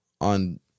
on